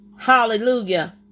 hallelujah